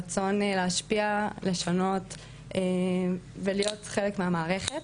מתוך הרצון להשפיע ולשנות ולהיות חלק מהמערכת